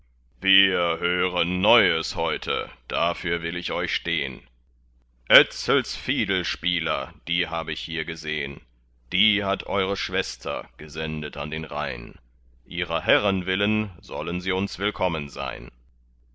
wir hören neues heute dafür will ich euch stehn etzels fiedelspieler die hab ich hier gesehn die hat eure schwester gesendet an den rhein ihrer herren willen sollen sie uns willkommen sein